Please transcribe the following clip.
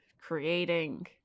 creating